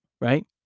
right